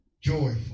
Joyful